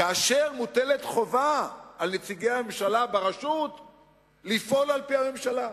כאשר מוטלת חובה על נציגי הממשלה ברשות לפעול על-פי הממשלה.